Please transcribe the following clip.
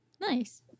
nice